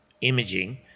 imaging